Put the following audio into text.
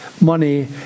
money